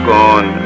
Gone